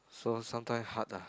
so sometime hard ah